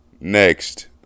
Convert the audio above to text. Next